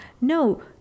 No